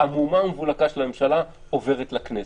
המהומה והמבולקה של הממשלה עוברת לכנסת,